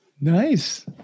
Nice